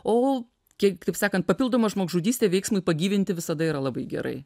o kiek taip sakant papildoma žmogžudystė veiksmui pagyvinti visada yra labai gerai